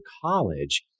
college